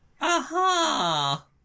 Aha